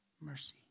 Mercy